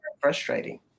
frustrating